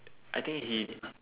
I think he